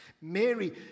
Mary